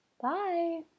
Bye